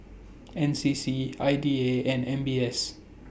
N C C I D A and M B S